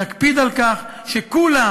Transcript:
נקפיד על כך שכולם,